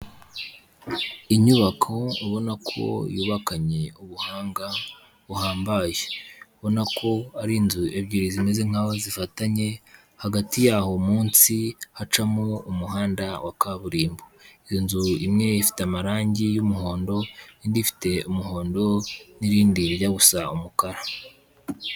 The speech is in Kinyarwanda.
Inyubako ubona ko yubakanye ubuhanga buhambaye, ubona ko ari inzu ebyiri zimeze nk'aho zifatanye hagati y'aho munsi hacamo umuhanda wa kaburimbo, inzu imwe ifite amarangi y'umuhondo, indi ifite umuhondo n'irindi rijya gusa umukara.